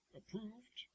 approved